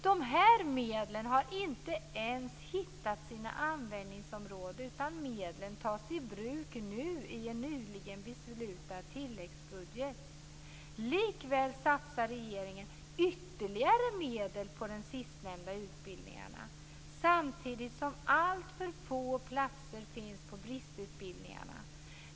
De här medlen har inte ens hittat sina användningsområden, utan medlen tas i bruk nu i en nyligen beslutad tilläggsbudget. Likväl satsar regeringen ytterligare medel på de sistnämnda utbildningarna, samtidigt som alltför få platser finns på bristutbildningarna.